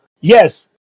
Yes